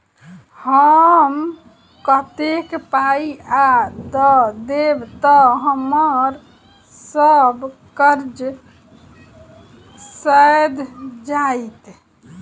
हम कतेक पाई आ दऽ देब तऽ हम्मर सब कर्जा सैध जाइत?